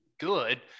good